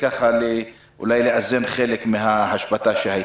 וכך אולי לאזן חלק מן ההשבתה שהייתה?